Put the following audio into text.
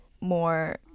more